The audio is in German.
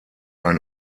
ein